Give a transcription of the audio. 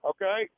Okay